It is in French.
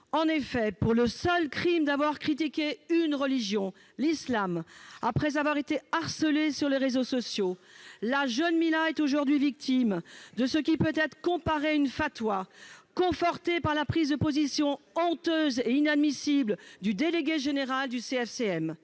En effet, pour le seul crime d'avoir critiqué une religion, l'islam, après avoir été harcelée sur les réseaux sociaux, la jeune Mila est aujourd'hui victime de ce qui peut être comparé à une, confortée par la prise de position honteuse et inadmissible du délégué général du CFCM,